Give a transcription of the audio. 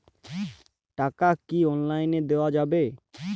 টাকা কি অনলাইনে দেওয়া যাবে?